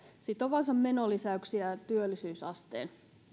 sitovansa menolisäyksiään työllisyysasteen